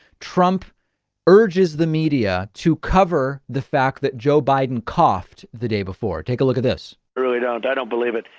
trump urges the media to cover the fact that joe biden coughed the day before. take a look at this. i really don't. i don't believe it.